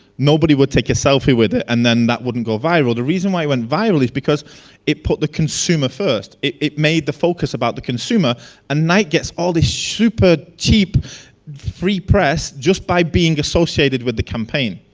nobody would take a selfie with it and then that wouldn't go viral. the reason why went viral is, because it put the consumer first. it it made the focus about the consumer and nike gets all these super cheap free press just by being associated with the campaign.